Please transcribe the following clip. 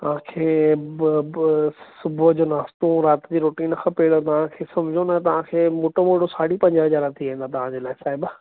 तव्हां खे ॿ ॿ सुबुह जो नाश्तो राति जी रोटी न खपे त तव्हां खे समुझो न तव्हां खे मोटो मोटो साढी पंज हज़ार थी वेंदा तव्हां जे लाइ साहिब